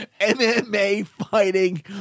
MMA-fighting